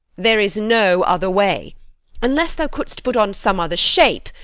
there is no other way unless thou couldst put on some other shape,